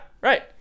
right